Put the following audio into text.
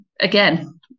again